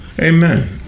amen